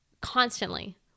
constantly